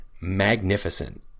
magnificent